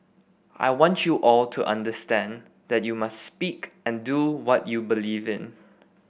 I want you all to understand that you must speak and do what you believe in